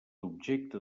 objecte